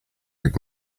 big